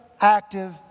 active